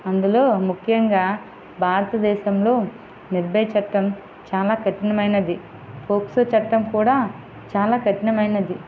అందులో ముఖ్యంగా భారతదేశంలో నిర్భయ చట్టం చాలా కఠినమైనది ఫోక్సో చట్టం కూడా చాలా కఠినమైనది